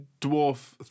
dwarf